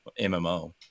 mmo